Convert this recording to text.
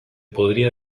podría